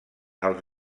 els